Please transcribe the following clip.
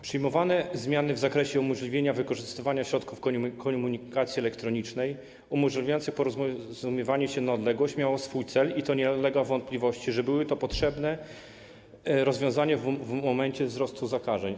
Przyjęte zmiany w zakresie umożliwienia wykorzystywania środków komunikacji elektronicznej umożliwiających porozumiewanie się na odległość miały swój cel i nie ulega wątpliwości, że było to potrzebne rozwiązanie w momencie wzrostu zakażeń.